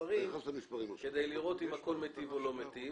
למספרים כדי לראות אם הכול מיטיב או לא מיטיב.